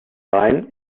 rhein